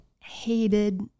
hated